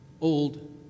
old